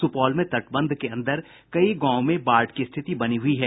सुपौल में तटबंध के अंदर कई गांवों में बाढ़ की स्थिति बनी हुई है